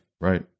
right